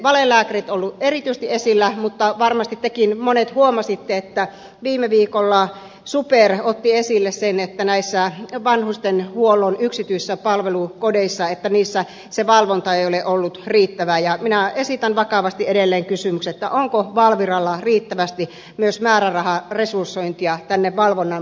valelääkärit ovat olleet erityisesti esillä mutta varmasti teistäkin monet huomasivat että viime viikolla super otti esille sen että vanhustenhuollon yksityisissä palvelukodeissa valvonta ei ole ollut riittävää ja minä esitän vakavasti edelleen kysymyksen onko valviralla riittävästi myös määräraharesursointia valvonnan puolelle